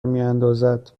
میاندازد